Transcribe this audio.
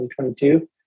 2022